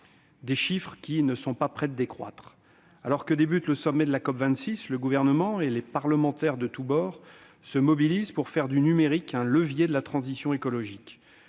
chiffres qui ne sont pas près de décroître. Alors que débute le sommet de la COP26, le Gouvernement et les parlementaires de tout bord se mobilisent pour faire du numérique un levier de la transition écologique.